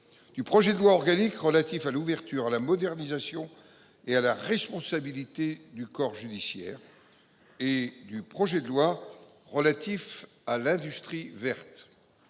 du projet de loi organique relatif à l’ouverture, à la modernisation et à la responsabilité du corps judiciaire et du projet de loi relatif à l’industrie verte.